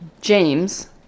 James